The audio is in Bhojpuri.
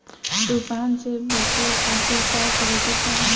तूफान से बचे खातिर का करे के चाहीं?